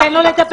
אבל תן לו לדבר.